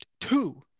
Two